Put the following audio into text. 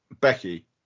Becky